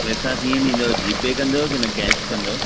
पैसा कीअं ॾीदंव जीपे कंदव की न कैश कंदव